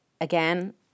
again